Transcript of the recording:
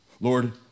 Lord